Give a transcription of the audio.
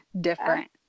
different